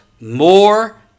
more